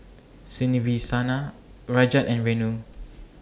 Rajat and Renu